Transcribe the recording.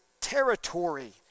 territory